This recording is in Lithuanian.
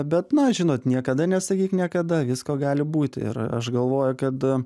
bet na žinot niekada nesakyk niekada visko gali būti ir aš galvoju kad